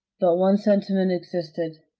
but one sentiment existed.